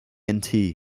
and